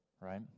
right